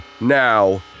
now